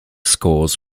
scores